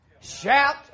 shout